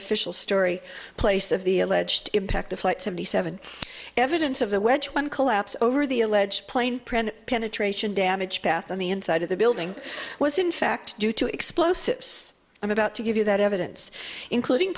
official story place of the alleged impact of flight seventy seven evidence of the wedge one collapse over the alleged plane penetration damage path on the inside of the building was in fact due to explosives i'm about to give you that evidence including